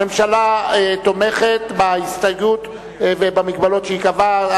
הממשלה תומכת, בהסתייגות ובמגבלות שהיא קבעה.